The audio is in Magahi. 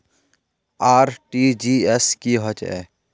आर.टी.जी.एस की होचए?